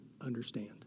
understand